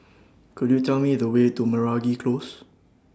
Could YOU Tell Me The Way to Meragi Close